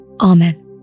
Amen